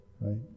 Right